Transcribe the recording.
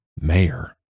mayor